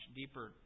deeper